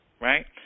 right